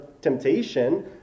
temptation